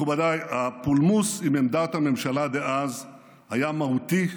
מכובדיי, הפולמוס עם עמדת הממשלה דאז היה מהותי,